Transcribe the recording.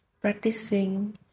practicing